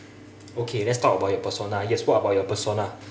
okay let's talk about your persona yes what about your persona